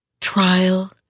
Trial